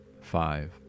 five